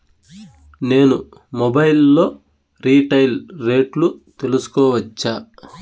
నేను మొబైల్ లో రీటైల్ రేట్లు తెలుసుకోవచ్చా?